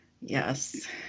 Yes